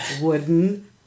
wooden